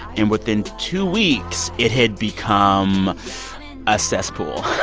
and within two weeks, it had become a cesspool